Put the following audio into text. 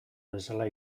bezala